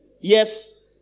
Yes